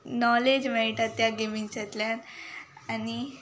knowledge मेळटा त्या गॅम्सांतल्यान आनी